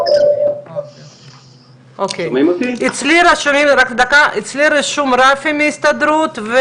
אני רוצה דבר ראשון לפתוח ולומר לך תודה על ההזדמנות,